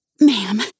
Ma'am